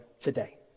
today